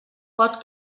pot